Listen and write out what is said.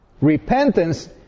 Repentance